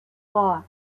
four